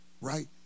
right